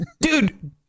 Dude